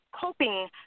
coping